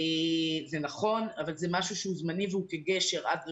זה נכון אבל זה משהו שהוא זמני והוא כגשר עד רפורמה.